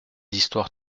histoires